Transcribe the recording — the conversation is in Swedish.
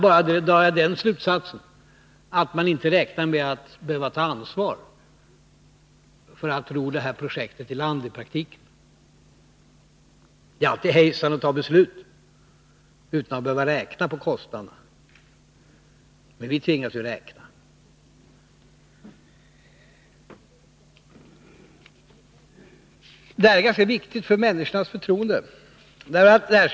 Därav drar jag den slutsatsen att man inte räknar med att behöva ta ansvar för att ro det här projektet i land i praktiken. Det är alltid hejsan att ta beslut utan att behöva räkna på kostnaderna — men vi tvingas ju räkna. Det här är ganska viktigt för förtroendet hos människorna.